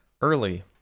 early